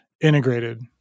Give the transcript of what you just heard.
integrated